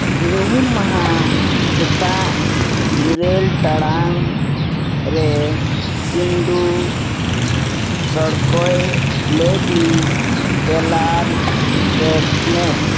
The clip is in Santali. ᱧᱩᱦᱩᱢ ᱢᱟᱦᱟ ᱥᱮᱛᱟᱜ ᱤᱨᱟᱹᱞ ᱴᱟᱲᱟᱝ ᱨᱮ ᱪᱤᱱᱰᱩ ᱥᱚᱲᱠᱚᱭ ᱞᱟᱹᱜᱤᱫ ᱮᱞᱟᱨᱢ ᱥᱮᱹᱴ ᱢᱮ